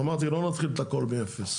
אמרתי, לא נתחיל את הכל מאפס.